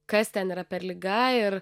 kas ten yra per liga ir